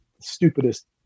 stupidest